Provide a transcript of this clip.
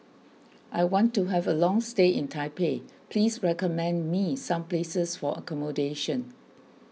I want to have a long stay in Taipei please recommend me some places for accommodation